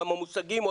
עולם המושגים.